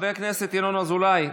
חבר הכנסת ינון אזולאי,